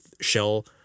shell